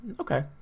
Okay